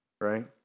right